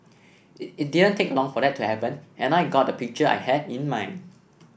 it didn't take long for that to happen and I got the picture I had in mind